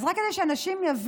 אז רק כדי שאנשים יבינו,